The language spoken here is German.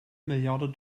milliarde